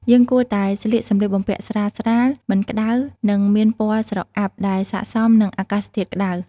យើងគួរតែស្លៀកសម្លៀកបំពាក់ស្រាលៗ មិនក្តៅ និងមានពណ៌ស្រអាប់ដែលស័ក្តិសមនឹងអាកាសធាតុក្តៅ។